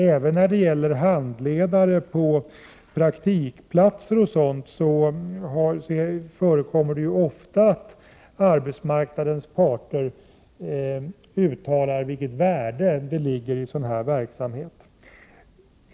Även när det gäller handledare på praktikplatser förekommer det ofta att arbetsmarknadens parter uttalar vilket värde det ligger i sådan här verksamhet.